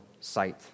sight